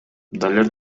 далер